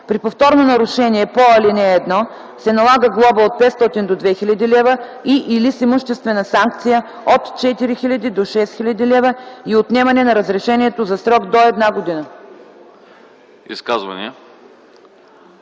При повторно нарушение по ал. 1 се налага глоба от 500 до 2000 лв. и/или имуществена санкция от 4000 до 6000 лв. и отнемане на разрешението за срок до една година.”